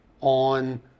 on